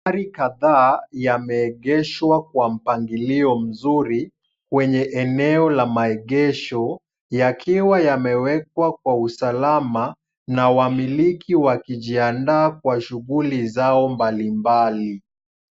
Magari kadhaa, yameegeshwa kwa mpangilio mzuri, wenye eneo la maegesho, yakiwa yameekwa kwa usalama na wamiliki wakijiandaa kwa shughuli zao mbalimbali.